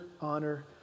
honor